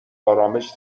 آرامش